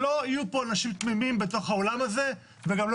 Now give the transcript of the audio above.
שלא יהיו פה אנשים תמימים בתוך האולם הזה וגם לא